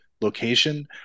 location